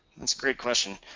it's great question.